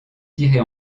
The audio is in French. tirer